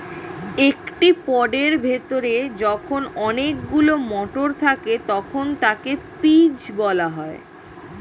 একটি পডের ভেতরে যখন অনেকগুলো মটর থাকে তখন তাকে পিজ বলা হয়